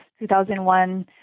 2001